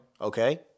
Okay